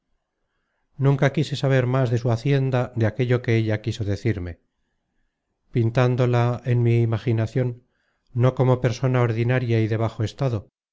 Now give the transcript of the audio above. nunca quise saber más de su hacienda de aquello que ella quiso decirme pintándola en mi imaginacion no como persona ordinaria y de bajo estado